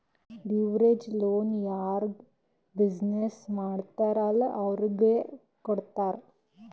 leverage loan ಯಾರ್ business ಮಾಡ್ತಾರ್ ಅಲ್ಲಾ ಅವ್ರಿಗೆ ಕೊಡ್ತಾರ್